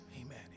Amen